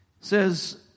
says